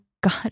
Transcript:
God